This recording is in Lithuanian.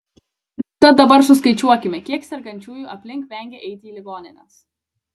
tad dabar suskaičiuokime kiek sergančiųjų aplink vengia eiti į ligonines